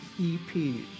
EPs